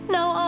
Now